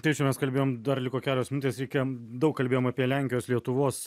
taip čia mes kalbėjom dar liko kelios minutės reikia daug kalbėjom apie lenkijos lietuvos